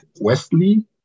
Wesley